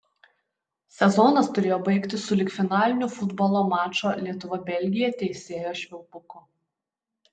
sezonas turėjo baigtis sulig finaliniu futbolo mačo lietuva belgija teisėjo švilpuku